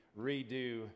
redo